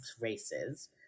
races